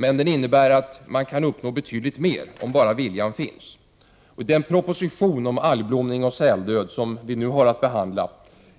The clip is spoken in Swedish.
Men den innebär att man kan uppnå betydligt mer, om bara viljan finns. Den proposition om algblomning och säldöd som vi nu har att behandla